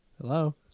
hello